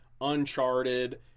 Uncharted